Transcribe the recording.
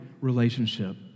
relationship